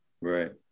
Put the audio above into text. Right